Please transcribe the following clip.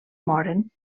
moren